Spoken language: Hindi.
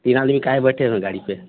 तीन आदमी काहे बैठे हैं गाड़ी पर